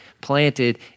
planted